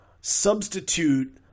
substitute